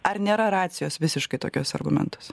ar nėra racijos visiškai tokiuose argumentuose